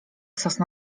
sosna